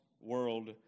world